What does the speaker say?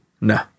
No